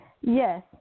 Yes